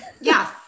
Yes